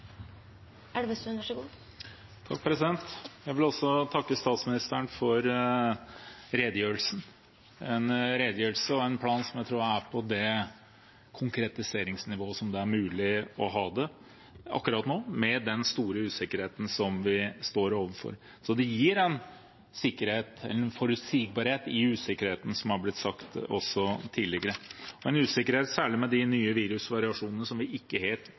Jeg vil også takke statsministeren for redegjørelsen, en redegjørelse og en plan som jeg tror er på det konkretiseringsnivået som er mulig å ha akkurat nå, med den store usikkerheten vi står overfor. Det gir en sikkerhet, en forutsigbarhet i usikkerheten – som det har blitt sagt også tidligere – en usikkerhet som vi særlig med de nye virusvariasjonene